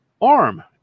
ARM